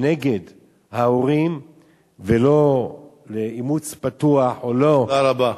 נגד ההורים, ולא לאימוץ פתוח או לא, תודה רבה.